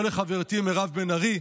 לחברתי מירב בן ארי,